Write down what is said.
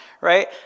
right